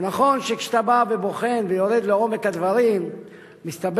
זה נכון שכשאתה בא ובוחן ויורד לעומק הדברים מסתבר